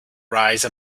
rise